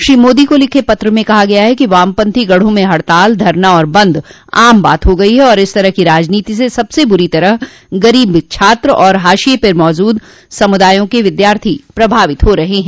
श्री मोदी को लिखे पत्र में कहा गया है कि वामपंथी गढ़ों में हड़ताल धरना और बंद आम बात हो गई है और इस तरह की राजनीति से सबसे बुरी तरह गरीब छात्र और हाशिये पर मौजूद समुदायों के विद्यार्थी प्रभावित हो रहे हैं